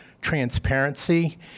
transparency